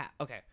Okay